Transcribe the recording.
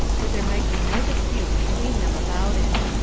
that there might be no dispute between them about it.